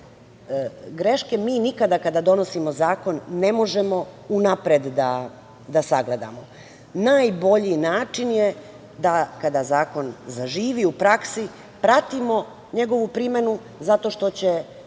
greške mi nikada kada donosimo zakon ne možemo unapred da sagledamo. Najbolji način je da kada zakon zaživi u praksi pratimo njegovu primenu zato što će